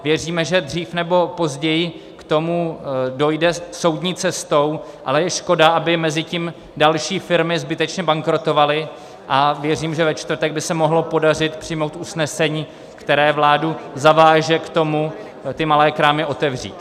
Věříme, že dřív nebo později k tomu dojde soudní cestou, ale je škoda, aby mezitím další firmy zbytečně bankrotovaly, a věřím, že ve čtvrtek by se mohlo podařit přijmout usnesení, které vládu zaváže k tomu, ty malé krámy otevřít.